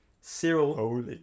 Cyril